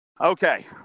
Okay